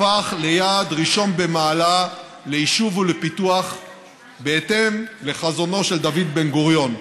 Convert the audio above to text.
הפך ליעד ראשון במעלה ליישוב ולפיתוח בהתאם לחזונו של דוד בן-גוריון.